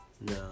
No